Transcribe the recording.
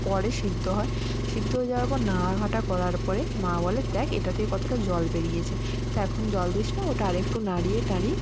পরে সেদ্ধ হয় সিদ্দ হয়ে যাওয়ার পর নাড়া ঘাঁটা করার পরে মা বলে দেখ এটা থেকে কতোটা জল বেরিয়েছে তা এখন জল দিস না ওটা আর একটু নাড়িয়ে টাড়িয়ে